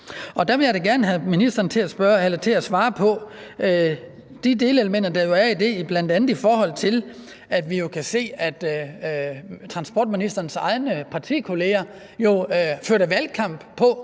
Der vil jeg da gerne have ministeren til at svare på det, når det drejer sig om de delelementer, der er i det, bl.a. i forhold til, at vi jo kan se, at transportministerens egne partikolleger førte valgkamp på